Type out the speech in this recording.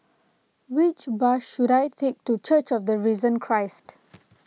which bus should I take to Church of the Risen Christ